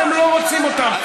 אתם לא רוצים אותם.